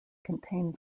contain